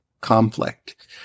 conflict